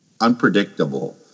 unpredictable